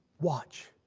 watch.